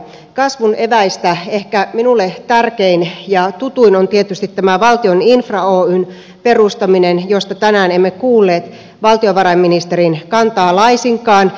kasvun eväistä ehkä minulle tärkein ja tutuin on tietysti tämä valtion infra oyn perustaminen josta tänään emme kuulleet valtiovarainministerin kantaa laisinkaan